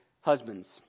husbands